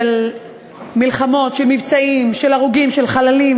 של מלחמות, של מבצעים, של הרוגים, של חללים,